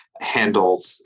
handled